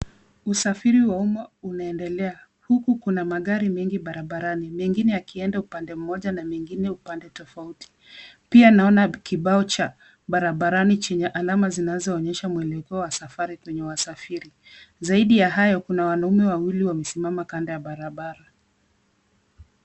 Usafiri wa umma unaendelea. Huku kuna magari mengi barabarani, mengine yakienda upande mmoja na mengine upande tofauti. Pia naona kibao cha barabarani chenye alama zinazoonyesha mwelekeo wa safari kwenye wasafiri. Zaidi ya hayo kuna wanaume wawili wamesimama kando ya barabara.